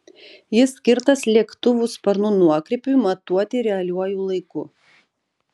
jis skirtas lėktuvų sparnų nuokrypiui matuoti realiuoju laiku